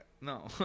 no